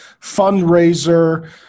fundraiser